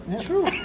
True